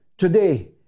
Today